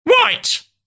White